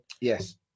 Yes